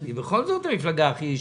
היא בכל זאת המפלגה הכי ישרה.